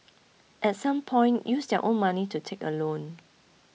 at some point use their own money to take a loan